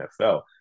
NFL